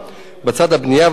לצד הבנייה והפיתוח,